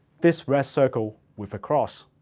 this red circle with a cross,